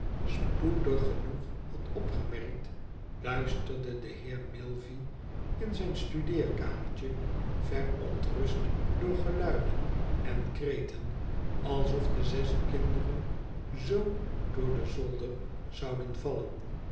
spoedig genoeg had opgemerkt luisterde de heer milvey in zijn studeerkamertje verontrust door geluiden en kreten alsof de zes kinderen zoo door den zolder zouden vallen